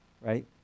Right